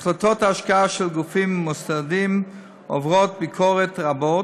החלטות השקעה של גופים מוסדיים עוברות ביקורות רבות,